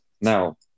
now